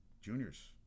Juniors